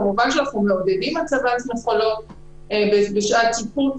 כמובן שאנחנו מעודדים הצבת מכולות בשעת שיפוץ,